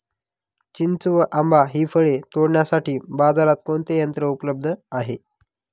चिंच व आंबा हि फळे तोडण्यासाठी बाजारात कोणते यंत्र उपलब्ध आहे?